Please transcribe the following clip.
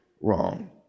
wrong